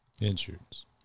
Insurance